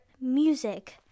music